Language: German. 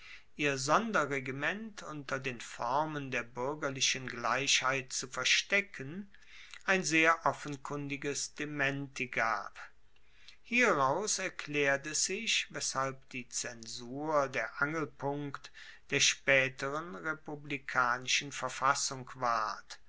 ihr sonderregiment unter den formen der buergerlichen gleichheit zu verstecken ein sehr offenkundiges dementi gab hieraus erklaert es sich weshalb die zensur der angelpunkt der spaeteren republikanischen verfassung ward